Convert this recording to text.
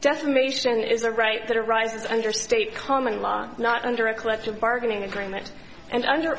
defamation is a right that arises under state common law not under a collective bargaining agreement and under